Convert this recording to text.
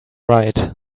right